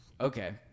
Okay